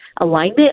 alignment